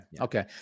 Okay